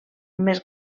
més